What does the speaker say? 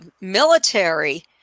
military